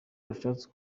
bashatse